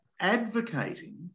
advocating